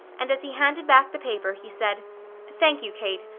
and as he handed back the paper he said thank you, kate,